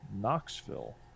Knoxville